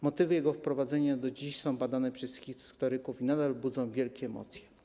Motywy jego wprowadzenia do dziś są badane przez historyków i nadal budzą wielkie emocje.